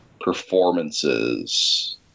performances